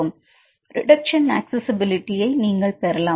reduction accessibility நீங்கள் பெறலாம்